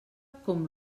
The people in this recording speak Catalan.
com